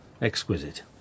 Exquisite